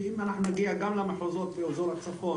שאם אנחנו נגיע גם למחוזות באזור הצפון